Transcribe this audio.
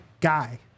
guy